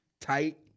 tight